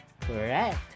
Correct